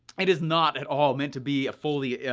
it is not at all meant to be a fully,